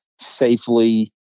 safely